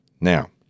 Now